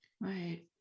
Right